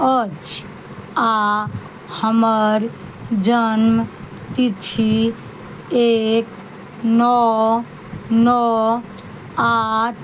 अछि आओर हमर जन्मतिथि एक नओ नओ आठ